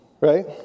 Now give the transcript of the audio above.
right